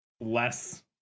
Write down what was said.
less